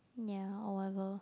ya or whatever